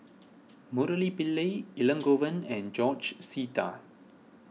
Murali Pillai Elangovan and George Sita